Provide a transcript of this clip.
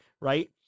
right